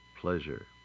pleasure